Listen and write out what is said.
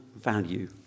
value